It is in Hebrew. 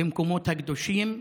במקומות הקדושים,